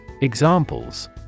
Examples